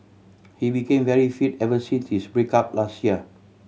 he became very fit ever since his break up last year